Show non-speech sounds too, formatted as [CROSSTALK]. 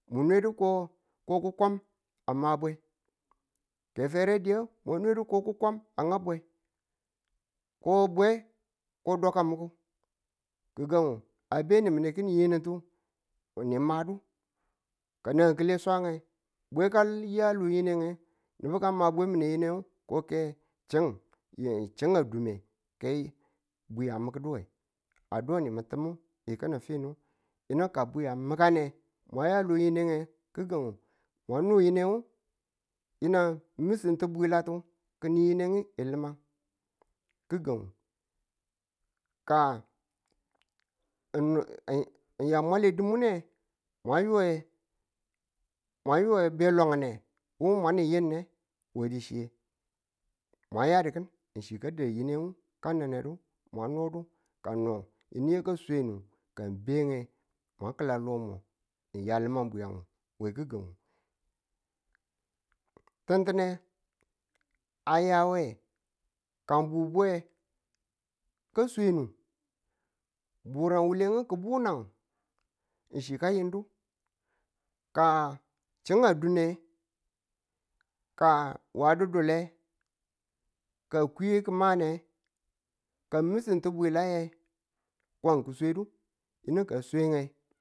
mune du ko ko ku kwam a ma bwe, ke fere diye mwa nedu ko kwam a nga bwe ko bwe ko dukwam muku gi̱gang a be nimin ki̱n yinutu ni madu ka nan ki̱le swan nge bwe ka ya lo yi̱neng nubu ka ma bwe mine yinen ko ke chin [HESITATION] chin a dume ke bwi a mukduwe a do nimin tumu yi kinu finu yi ng ka bwi a mi̱kang ne mwa ya lo yi̱neng nge gi̱gang mwa nu yineng yinang mi̱sinti bwilatu kin yi nge bwe limang gi̱gang. ka n- n- ngya mwale dinmune, mwa yi̱we mwa yiwe be longge wo mwa nun yine wedu chi mwa yadi ki̱n ng chi ka da yineng ka ninnedu mwa nudo ka no yinu yiki swenu ka ng be nge mwa kịla lomo yi yal mwa buyang we gi̱gang. tintine a yawe ka ng bubuwe ka swenu burangu wule ki̱bunan ng chi kayindu ka chin a dune, ka wa duddule, ka kuye ki mane ka mi̱sine ti bwila ye kwan ki̱ swadu yini ka a swange.